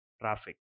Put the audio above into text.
traffic